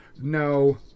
no